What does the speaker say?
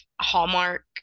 hallmark